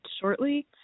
shortly